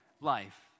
life